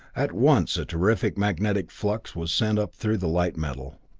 at once a terrific magnetic flux was set up through the light-metal.